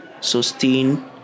sustain